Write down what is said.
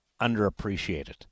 underappreciated